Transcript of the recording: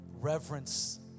Reverence